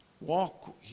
walk